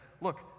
look